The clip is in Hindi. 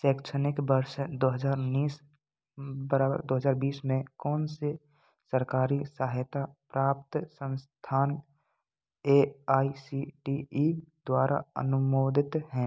सैक्षणिक वर्ष दो हज़ार उन्नीस बराबर दो हज़ार बीस में कौन से सरकारी सहायता प्राप्त संस्थान A I C T E द्वारा अनुमोदित हैं